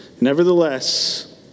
Nevertheless